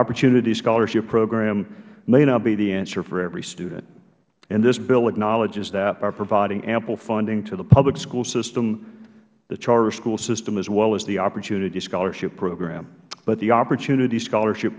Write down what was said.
opportunity scholarship program may not be the answer for every student and this bill acknowledges that by providing ample funding to the public school system the charter school system as well as the opportunity scholarship program but the opportunity scholarship